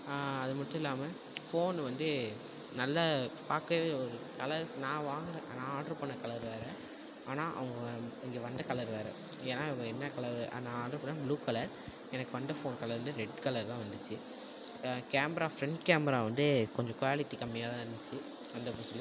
அது மட்டும் இல்லாமல் ஃபோன் வந்து நல்லா பார்க்கவே ஒரு கலர் நான் வாங்கின நான் ஆட்ரு பண்ண கலர் வேறு ஆனால் அவங்க இங்க வந்த கலர் வேறு ஏன்னா என்ன கலர் நான் ஆட்ரு பண்ணேன்னா ப்ளூ கலர் எனக்கு வந்த ஃபோன் கலர் வந்து ரெட் கலர் தான் வந்துச்சு கேமரா ஃப்ரென்ட் கேமரா வந்து கொஞ்சம் குவாலிட்டி கம்மியாக தான் இருந்துச்சு வந்த புதுசுல